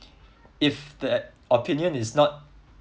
if the ad~ opinion is not